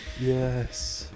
yes